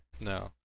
No